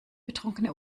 betrunkene